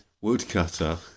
Woodcutter